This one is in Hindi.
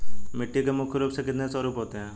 मिट्टी के मुख्य रूप से कितने स्वरूप होते हैं?